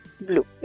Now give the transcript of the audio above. blue